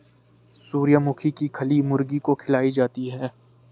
सूर्यमुखी की खली मुर्गी को खिलाई जाती है